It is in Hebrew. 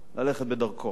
ללכת בדרכו.